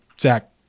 Zach